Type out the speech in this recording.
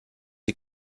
die